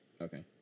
Okay